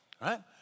right